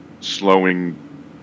slowing